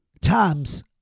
times